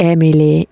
Emily